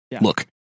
Look